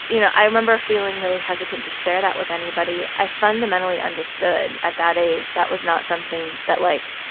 you know, i remember feeling really hesitant to share that with anybody. i fundamentally understood at that age that was not something that, like,